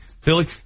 Philly